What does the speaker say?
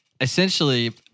essentially